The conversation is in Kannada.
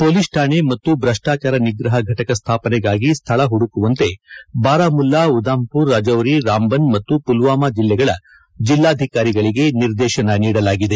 ಪೊಲೀಸ್ ಠಾಣೆ ಮತ್ತು ಭ್ರಷ್ಟಾಚಾರ ನಿಗ್ರಹ ಘಟಕ ಸ್ಥಾಪನೆಗಾಗಿ ಸ್ವಳ ಹುಡುಕುವಂತೆ ಬಾರಾಮುಲ್ಲಾ ಉಧಾಮ್ವರ್ ರಜೌರಿ ರಾಮ್ವನ್ ಮತ್ತು ಪುಲ್ವಾಮಾ ಜಿಲ್ಲೆಗಳ ಜಿಲ್ಲಾಧಿಕಾರಿಗಳಿಗೆ ನಿರ್ದೇತನ ನೀಡಲಾಗಿದೆ